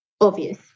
obvious